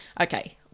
okay